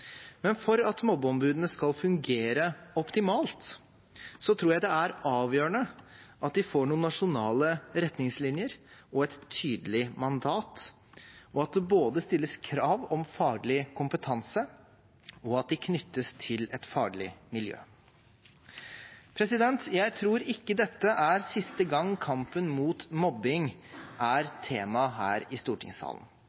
Men for at mobbeombudene skal fungere optimalt, tror jeg det er avgjørende at de får noen nasjonale retningslinjer og et tydelig mandat, og at det både stilles krav om faglig kompetanse og at de knyttes til et faglig miljø. Jeg tror ikke dette er siste gang kampen mot mobbing